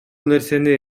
нерсени